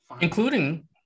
including